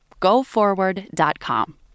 GoForward.com